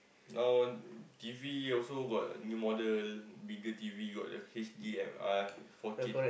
none T_V also got new model bigger T_V got H_D_M_R four-K